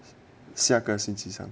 下个星期三